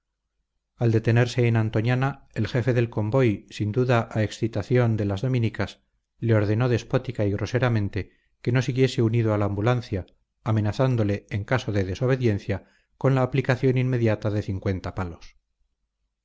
al detenerse en antoñana el jefe del convoy sin duda a excitación de las dominicas le ordenó despótica y groseramente que no siguiese unido a la ambulancia amenazándole en caso de desobediencia con la aplicación inmediata de cincuenta palos